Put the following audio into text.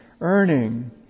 earning